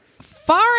far